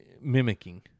mimicking